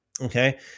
okay